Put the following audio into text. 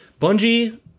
Bungie